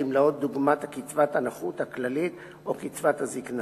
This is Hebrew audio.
דוגמת קצבת הנכות הכללית או קצבת הזיקנה,